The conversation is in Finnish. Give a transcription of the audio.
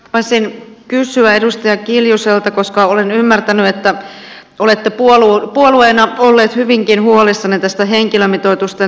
haluaisin kysyä edustaja kiljuselta koska olen ymmärtänyt että olette puolueena olleet hyvinkin huolissanne tästä henkilömitoitusten toteutumisesta